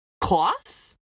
cloths